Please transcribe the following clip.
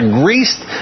greased